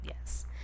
yes